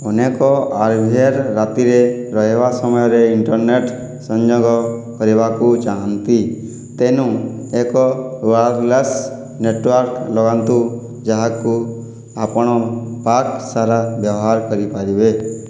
ଅନେକ R V R ରାତିରେ ରହିବା ସମୟରେ ଇଣ୍ଟରନେଟ୍ ସଂଯୋଗ କରିବାକୁ ଚାହାନ୍ତି ତେଣୁ ଏକ ୱାୟରଲେସ୍ ନେଟୱର୍କ ଲଗାନ୍ତୁ ଯାହାକୁ ଆପଣ ପାର୍କ ସାରା ବ୍ୟବହାର କରିପାରିବେ